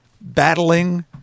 battling